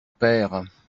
père